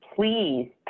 Please